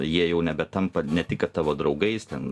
jie jau nebetampa ne tik kad tavo draugais ten